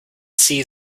see